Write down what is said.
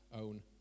own